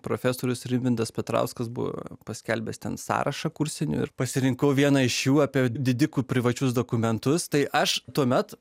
profesorius rimvydas petrauskas buvo paskelbęs ten sąrašą kursinių ir pasirinkau vieną iš jų apie didikų privačius dokumentus tai aš tuomet